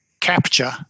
capture